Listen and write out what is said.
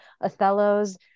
Othello's